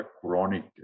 chronic